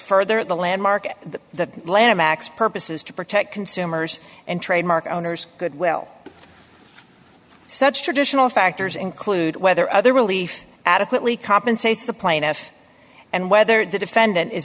further the land market the lanham acts purpose is to protect consumers and trademark owners good will such traditional factors include whether other relief adequately compensates the plaintiff and whether the defendant is